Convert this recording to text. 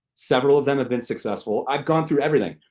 several of them have been successful, i've gone through everything.